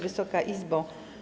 Wysoka Izbo!